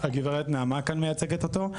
שהגברת נעמה מייצגת אותו,